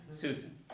Susan